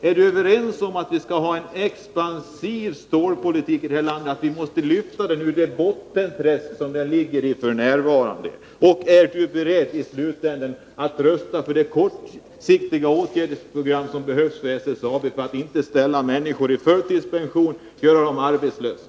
Är vi ense om att vi skall ha en expansiv stålpolitik i det här landet, att vi måste lyfta den ur det bottenläge, det träsk, där den f.n. ligger? Och är Sten-Ove Sundström beredd, i slutänden, att rösta för det kortsiktiga åtgärdsprogram som behövs för SSAB för att inte människor skall behöva gå i förtidspension eller bli arbetslösa?